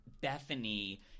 Bethany